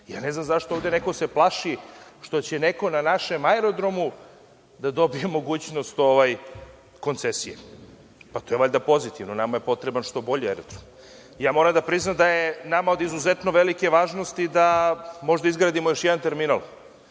ne znam zašto se neko plaši što će neko na našem aerodromu da dobije mogućnost koncesije. To je valjda pozitivno. Nama je potreban što bolji aerodrom. Moram da priznam da je nama od izuzetno velike važnosti da možda izgradimo još jedan terminal,